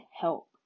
help